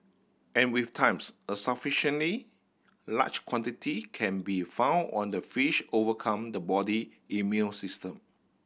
and with times a sufficiently large quantity can be found on the fish overcome the body immune system